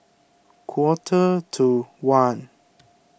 quarter to one